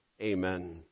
Amen